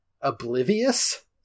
oblivious